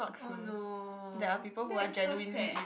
oh no that's first eh